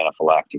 anaphylactic